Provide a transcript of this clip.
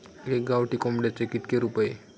एका गावठी कोंबड्याचे कितके रुपये?